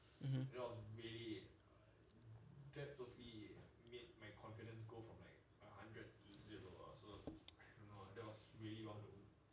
mmhmm